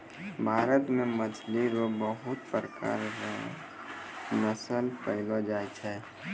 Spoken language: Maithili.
भारत मे मछली रो पबहुत प्रकार रो नस्ल पैयलो जाय छै